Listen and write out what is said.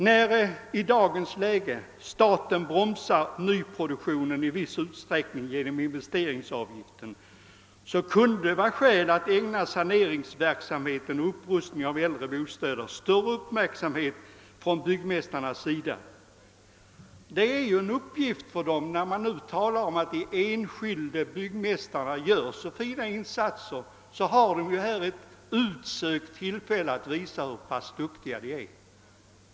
När staten i dagens läge i viss utsträckning bromsar nyproduktionen genom investeringsavgiften, kunde det vara skäl för byggmästarna att ägna saneringsverksamheten och upprustningen av äldre bostäder större uppmärksamhet. Det talas ju om att de enskilda byggmästarna gör så fina insatser, och här har de ett utsökt tillfälle att visa hur duktiga de är.